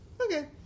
Okay